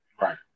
Right